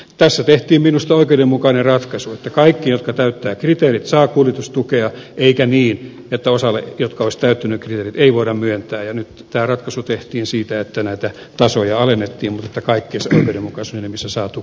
tässä tehtiin minusta oikeudenmukainen ratkaisu että kaikki jotka täyttävät kriteerit saavat kuljetustukea eikä niin että osalle jotka olisivat täyttäneet kriteerit ei voida myöntää ja nyt tämä ratkaisu tehtiin niin että näitä tasoja alennettiin mutta että kaikki oikeudenmukaisuuden nimissä saavat tukea